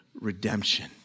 redemption